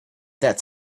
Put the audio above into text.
that